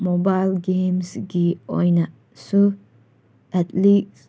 mobile ꯒꯦꯝꯁꯀꯤ ꯑꯣꯏꯅꯁꯨ athletic